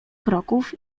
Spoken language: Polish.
kroków